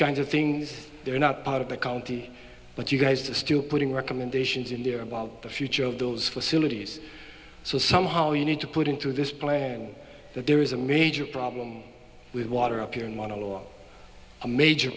kinds of things they're not part of the county but you guys are still putting recommendations in there about the future of those facilities so somehow you need to put into this plan that there is a major problem with water up here in one or a major